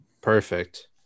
Perfect